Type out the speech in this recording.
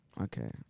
Okay